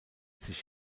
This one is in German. sich